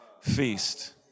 feast